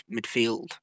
midfield